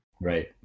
Right